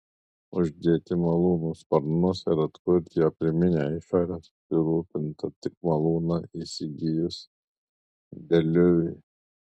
uždėti malūnui sparnus ir atkurti jo pirminę išorę susirūpinta tik malūną įsigijus deliuviui